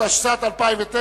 התשס"ט 2009,